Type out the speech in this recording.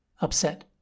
upset